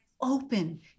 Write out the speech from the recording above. open